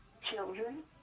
children